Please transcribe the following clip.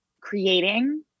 creating